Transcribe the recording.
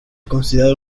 considerado